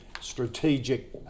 strategic